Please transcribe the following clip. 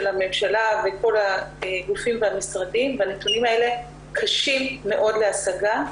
הממשלה וכל הגופים והמשרדים והנתונים האלה קשים מאוד להשגה.